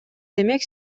демек